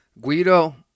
Guido